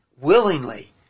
willingly